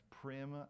prim